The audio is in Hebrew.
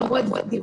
אמרו את דבריהם,